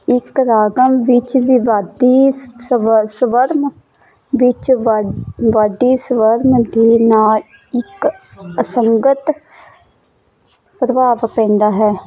ਇੱਕ ਰਾਗਮ ਵਿੱਚ ਵਿਵਾਦੀ ਸ ਸਵ ਸਵਰਮ ਵਿੱਚ ਵਾ ਵਾਡੀ ਸਵਰਮ ਦੇ ਨਾਲ ਇੱਕ ਅਸੰਗਤ ਪ੍ਰਭਾਵ ਪੈਂਦਾ ਹੈ